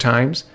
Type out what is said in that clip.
Times